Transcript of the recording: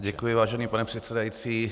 Děkuji, vážený pane předsedající.